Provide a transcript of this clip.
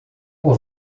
por